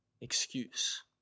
excuse